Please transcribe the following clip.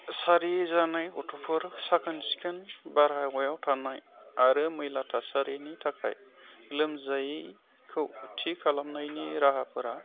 सारि जानाय गथ'फोर साखोन सिखोन बार हावायाव थानाय आरो मैला थासारिनि थाखाय लोमजायैखौ थि खालामनायनि राहाफोरा